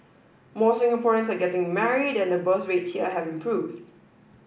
more Singaporeans are getting married and birth rates here have improved